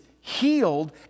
healed